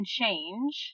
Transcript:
change